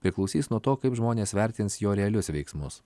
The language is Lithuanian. priklausys nuo to kaip žmonės vertins jo realius veiksmus